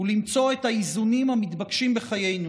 ולמצוא את האיזונים המתבקשים בחיינו